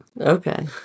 Okay